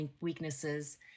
weaknesses